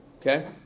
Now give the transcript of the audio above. Okay